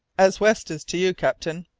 as west is to you, captain.